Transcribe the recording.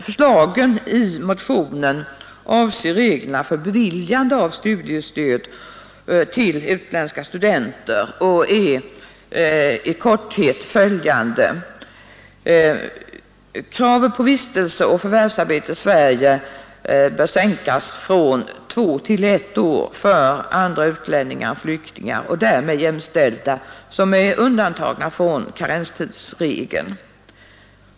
Förslagen i motionen avser reglerna för beviljande av studiestöd till utländska studenter och är i korthet följande: Vi anser att kravet på vistelse och förvärvsarbete i Sverige bör sänkas från två till ett år för andra utlänningar än flyktingar och därmed jämställda, som är undantagna från karenstidsregeln.